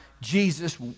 Jesus